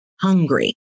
hungry